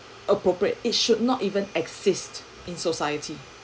appropriate it should not even exist in society